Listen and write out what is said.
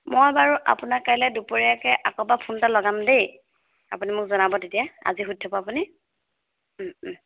মই বাৰু আপোনাক কাইলৈ দুপৰীয়াকৈ আকৌ এবাৰ ফোন এটা লগাম দেই আপুনি মোক জনাব তেতিয়া আজি শুধি থ'ব আপুনি